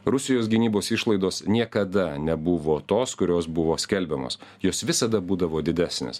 rusijos gynybos išlaidos niekada nebuvo tos kurios buvo skelbiamos jos visada būdavo didesnės